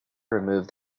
removed